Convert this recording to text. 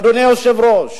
אדוני היושב-ראש,